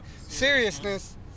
seriousness